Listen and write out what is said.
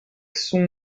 sun